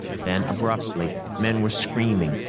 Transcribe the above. then, abruptly, men were screaming,